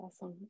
awesome